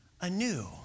anew